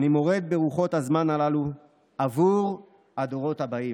אני מורד ברוחות הזמן הללו עבור הדורות הבאים.